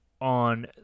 on